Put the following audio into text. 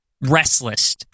restless